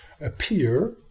appear